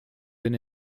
been